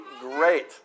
great